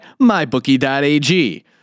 MyBookie.ag